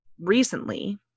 recently